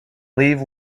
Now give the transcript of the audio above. leave